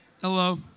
Hello